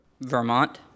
Vermont